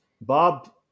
Bob